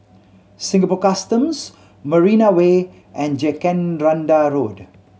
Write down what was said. Singapore Customs Marina Way and Jacaranda Road